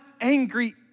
angry